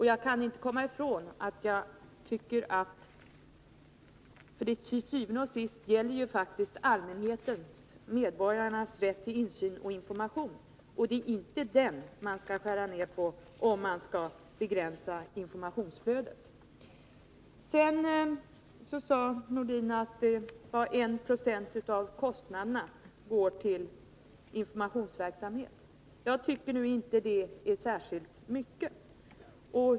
Jag kan inte komma ifrån att det til syvende og sidst gäller medborgarnas rätt till insyn och information. Det är inte det man skall skära ned på, om man skall begränsa informationsflödet. Sedan sade Sven-Erik Nordin att 1 96 av kostnaderna går till informationsverksamhet. Jag tycker nu inte att detta är särskilt mycket.